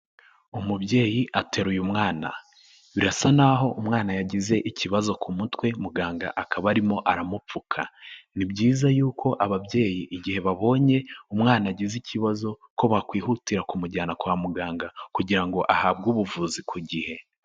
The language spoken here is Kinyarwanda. Umubyeyi ateraru uyu mwana, birasa n'aho umwana yagize ikibazo ku mutwe muganga akaba arimo aramupfuka, ni byiza yuko ababyeyi igihe babonye umwana agize ikibazo ko bakwihutira kumujyana kwa muganga kugira ngo ahabwe ubuvuzi ku gihe.